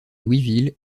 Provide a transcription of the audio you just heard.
louisville